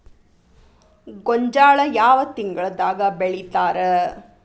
ಗೋಂಜಾಳ ಯಾವ ತಿಂಗಳದಾಗ್ ಬೆಳಿತಾರ?